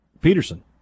Peterson